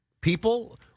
people